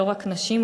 לא רק נשים,